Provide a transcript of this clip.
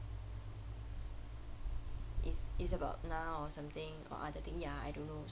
it's it's about na or something or other things ya I don't know so